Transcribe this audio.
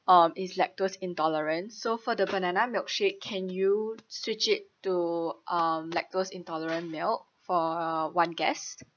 um is lactose intolerant so for the banana milkshake can you switch it to um lactose intolerant milk for uh one guest